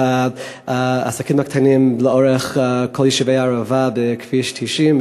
העסקים הקטנים לאורך כל יישובי הערבה בכביש 90,